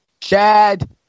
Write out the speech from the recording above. Chad